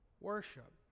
worship